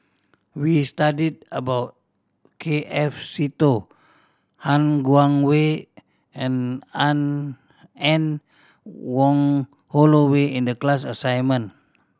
we studied about K F Seetoh Han Guangwei and Anne Wong Holloway in the class assignment